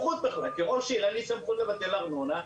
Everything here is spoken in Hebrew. כראש עיר אין לי סמכות לבטל ארנונה,